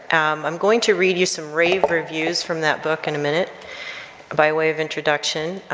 and um i'm going to read you some rave reviews from that book in a minute by way of introduction,